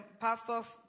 pastors